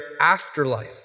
afterlife